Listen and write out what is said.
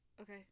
Okay